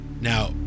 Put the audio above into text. Now